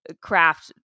craft